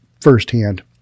firsthand